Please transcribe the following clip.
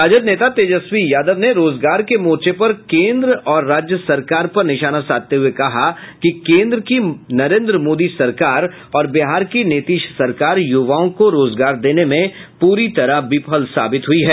राजद नेता तेजस्वी यादव ने रोजगार के मोर्चे पर केन्द्र एवं राज्य सरकार पर निशाना साधते हुए कहा कि केन्द्र की नरेंद्र मोदी सरकार और बिहार की नीतीश सरकार युवाओं को रोजगार देने में पूरी तरह विफल साबित हुई है